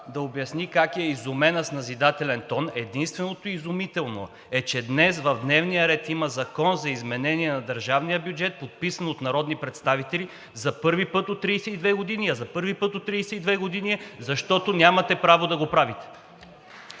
да обясни как е изумена. Единственото изумително е, че днес в дневния ред има Законопроект за изменение на държавния бюджет, подписано от народни представители – за първи път от 32 години, а за първи път от 32 години е, защото нямате право да го правите.